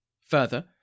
Further